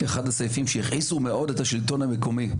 אחד הסעיפים שהכעיסו מאוד את השלטון המקומי,